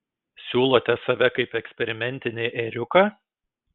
siūlote save kaip eksperimentinį ėriuką